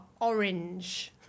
orange